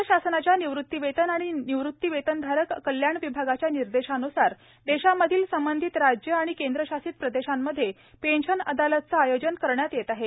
केंद्र शासनाच्या निवृत्तीवेतन आणि निवृत्तीवेतनधारक कल्याण विभागाच्या निर्देशानुसार देशामधील संबंधित राज्य केंद्र शासित प्रदेशामध्ये पेंशन अदालतचं आयोजन करण्यात येत आहे